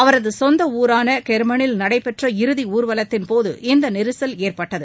அவரது சொந்த ஊரான கெர்மனில் நடைபெற்ற இறுதி ஊர்வலத்தின் போது இந்த நெரிசல் ஏற்பட்டது